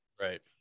right